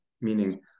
meaning